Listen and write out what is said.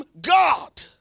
God